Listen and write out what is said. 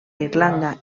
irlanda